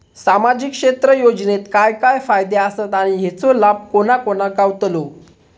सामजिक क्षेत्र योजनेत काय काय फायदे आसत आणि हेचो लाभ कोणा कोणाक गावतलो?